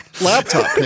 Laptop